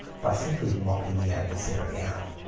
by simply locking the adversary out.